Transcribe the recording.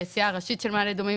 היציאה הראשית של מעלה אדומים,